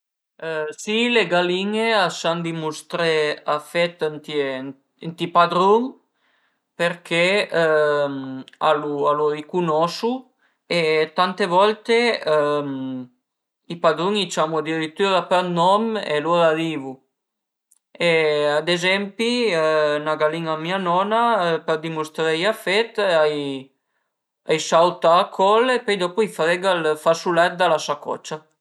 Si le galin-e a san dimustré afet ënt i padrun përché a lu a lu ricunosu e tante volte i padrun i ciamu adiritüra për nom e lur arivu e ad ezempi 'na galin-a dë mia nona për dimustreie afet a i sauta acol e põi dopu a i frega ël fasulet da la sacocia